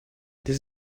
this